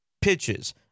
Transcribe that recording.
pitches